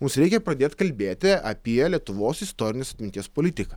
mums reikia pradėt kalbėti apie lietuvos istorinės atminties politiką